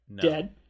dead